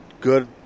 good